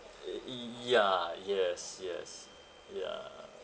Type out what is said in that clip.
uh ya yes yes ya